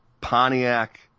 Pontiac